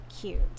cute